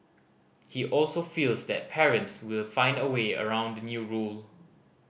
he also feels that parents will find a way around the new rule